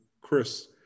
chris